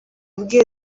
yabwiye